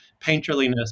painterliness